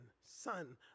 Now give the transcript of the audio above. son